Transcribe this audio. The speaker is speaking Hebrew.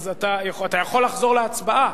אתה יכול לחזור להצבעה,